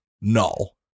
null